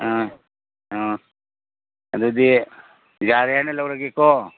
ꯑꯥ ꯑꯥ ꯑꯗꯨꯗꯤ ꯌꯥꯔꯦ ꯍꯥꯏꯅ ꯂꯧꯔꯒꯦꯀꯣ